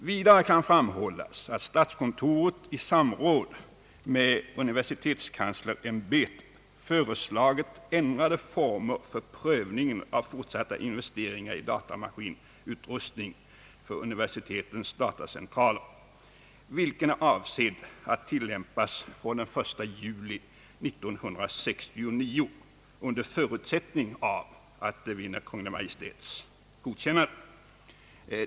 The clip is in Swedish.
Vidare kan framhållas att statskontoret i samråd med universitetskanslersämbetet föreslagit ändrade former för prövningen av fortsatta investeringar i datamaskinutrustning för universitetens datacentraler, vilken är avsedd att tilllämpas från den 1 juli 1969, under förutsättning av Kungl. Maj:ts godkännande.